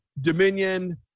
Dominion